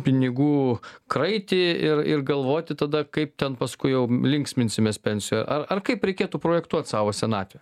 pinigų kraitį ir ir galvoti tada kaip ten paskui jau linksminsimės pensijoj a ar ar kaip reikėtų projektuot savo senatvę